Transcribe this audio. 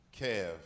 Kev